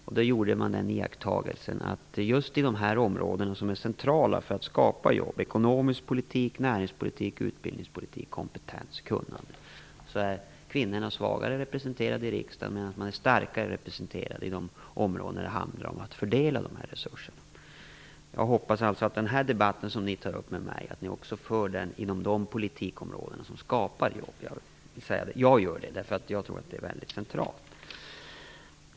Man gjorde iakttagelsen att kvinnorna är svagare representerade i riksdagen på just de områden som är centrala för att skapa jobb: ekonomisk politik, näringspolitik och utbildningspolitik, kompetens och kunnande. Samtidigt är de starkare representerade inom områden där det handlar om att fördela resurserna. Jag hoppas alltså att ni för den debatt ni tar upp med mig också inom de politikområden som skapar jobb. Jag gör det därför att jag tror att det är väldigt centralt.